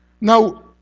Now